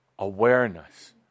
awareness